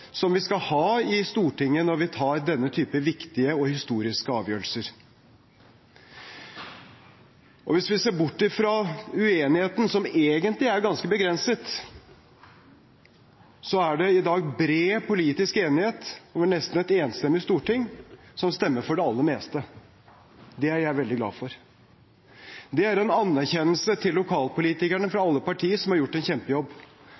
som vi skal ha i Stortinget når vi tar denne typen viktige og historiske avgjørelser. Hvis vi ser bort fra uenigheten, som egentlig er ganske begrenset, er det i dag bred politisk enighet og vel nesten et enstemmig storting som stemmer for det aller meste. Det er jeg veldig glad for. Det er en anerkjennelse til lokalpolitikerne fra alle partier som har gjort en kjempejobb.